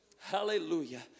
Hallelujah